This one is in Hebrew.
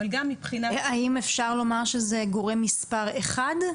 אבל גם מבחינת --- האם אפשר לומר שזה גורם מס' 1?